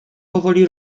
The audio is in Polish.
powoli